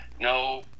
no